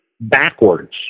backwards